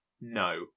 no